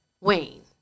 Wayne